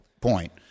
point